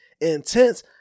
Intense